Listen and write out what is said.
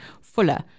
fuller